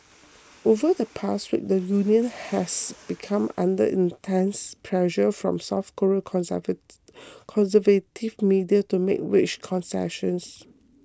over the past week the union has become under intense pressure from South Korean conservative media to make wage concessions